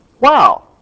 wow